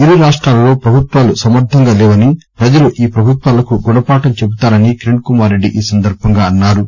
ఇరు రాష్టాలలో ప్రభుత్వాలు సమర్దంగా లేవని ప్రపజలు ఈ ప్రపభుత్వాలకు గుణపాఠం చెబుతారని కిరణ్కుమార్రెడ్డి అన్నారు